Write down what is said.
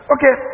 Okay